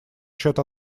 счет